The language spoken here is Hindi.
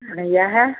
अड़इयाँ है